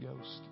Ghost